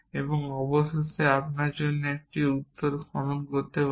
এবং অবশেষে আপনার জন্য একটি উত্তর খনন করতে পারে